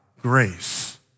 grace